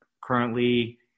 currently